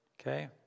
Okay